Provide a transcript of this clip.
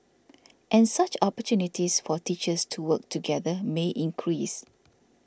and such opportunities for teachers to work together may increase